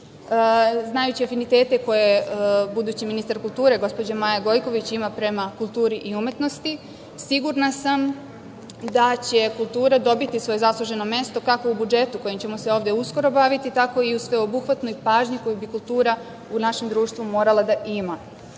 nje. Znajući afinitete koje budući ministar kulture gospođa Maja Gojković ima prema kulturi i umetnosti, sigurna sam da će kultura dobiti svoje zasluženo mesto kako u budžetu kojim ćemo se ovde uskoro baviti, tako i u sveobuhvatnoj pažnji koju bi kultura u našem društvu morala da ima. Ja